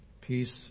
Peace